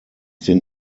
den